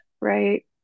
right